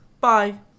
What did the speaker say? Bye